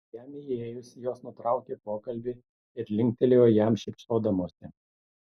jam įėjus jos nutraukė pokalbį ir linktelėjo jam šypsodamosi